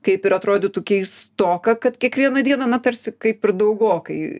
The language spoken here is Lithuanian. kaip ir atrodytų keistoka kad kiekvieną dieną na tarsi kaip ir daugokai